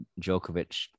Djokovic